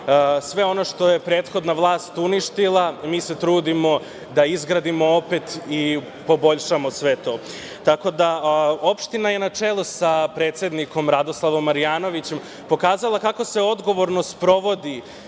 Sve ono što je prethodna vlast uništila mi se trudimo da izgradimo opet i poboljšamo sve to. Tako da, opština, na čelu sa predsednikom Radoslavom Marjanovićem, pokazala je kako se odgovorno sprovodi